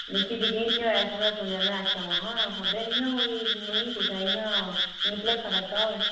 मिकी यकीन नी होएआ जिसलै में सुनेआ महां खरे इ'यां कोई उ'नेंगी कुसा इ'यां भलेखा लग्गा होवे